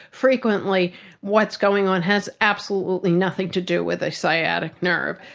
frequently what's going on has absolutely nothing to do with a sciatic nerve.